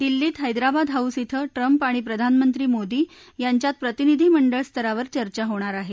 दिल्लीत हैदराबाद हाऊस इथं ट्रम्प आणि प्रधानमंत्री मोदी यांच्यात प्रतिनिधी मंडळ स्तरावर चर्चा होणार आहे